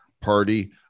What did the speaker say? Party